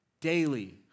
daily